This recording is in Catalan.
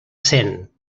cent